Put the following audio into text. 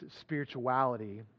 spirituality